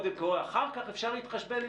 אחר כך אפשר להתחשבן.